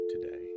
today